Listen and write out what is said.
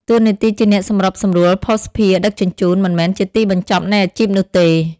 តួនាទីជាអ្នកសម្របសម្រួលភស្តុភារដឹកជញ្ជូន មិនមែនជាទីបញ្ចប់នៃអាជីពនោះទេ។